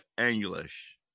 English